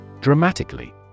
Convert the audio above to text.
Dramatically